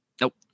Nope